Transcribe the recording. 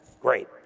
great